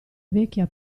vecchia